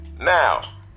Now